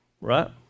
Right